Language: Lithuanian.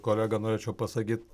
kolegą norėčiau pasakyt